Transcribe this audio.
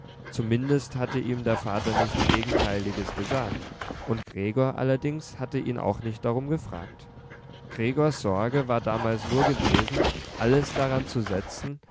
zumindest hatte ihm der vater nichts gegenteiliges gesagt und gregor allerdings hatte ihn auch nicht darum gefragt gregors sorge war damals nur gewesen alles daranzusetzen um